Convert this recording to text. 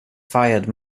fired